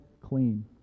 clean